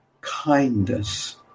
kindness